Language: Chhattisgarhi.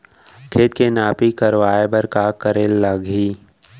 खेत के नापी करवाये बर का करे लागही?